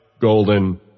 golden